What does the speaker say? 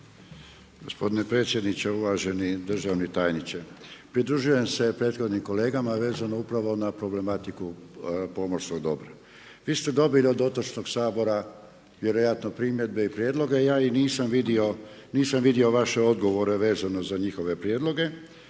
Gospodine predsjedniče, uvaženi državni tajniče. Pridružujem se prethodnim kolegama vezano upravo na problematiku pomorskog dobra. Vi ste dobili od Otočnog sabora vjerojatno primjedbe i prijedloge. Ja ih nisam vidio, nisam vidio vaše odgovore vezano za njihove prijedloge,